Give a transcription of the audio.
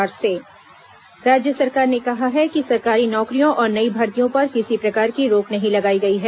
भर्ती स्पष्ट राज्य सरकार ने कहा है कि सरकारी नौकरियों और नई भर्तियों पर किसी प्रकार की रोक नहीं लगाई गई है